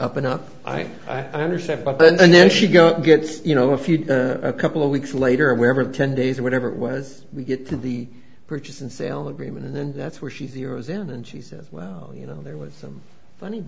up and up i i understand but then and then she got gets you know a few a couple of weeks later and never ten days or whatever it was we get to the purchase and sale agreement and then that's where she zeroes in and she says well you know there was some funny